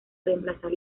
reemplazar